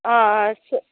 ஆ ஆ ச